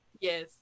Yes